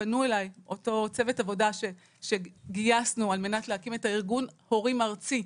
שפנו אליי אותו צוות עבודה שגייסנו על מנת להקים את ארגון הורים ארצי.